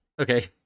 okay